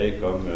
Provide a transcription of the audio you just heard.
comme